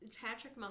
Patrick